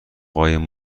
قایم